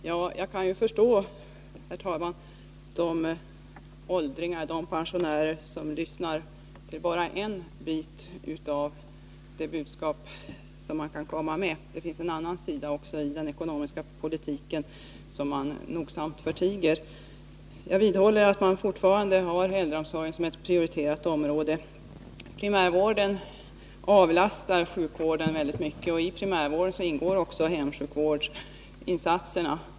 Herr talman! Jag kan förstå oron hos de pensionärer som lyssnar till bara en bit av det budskap som man kan komma med. Det finns en annan sida också i den ekonomiska politiken som man nogsamt förtiger. Jag vidhåller att äldreomsorgen fortfarande är ett prioriterat område. Primärvården avlastar sjukvården väldigt mycket, och i primärvården ingår också hemsjukvårdsinsatserna.